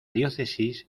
diócesis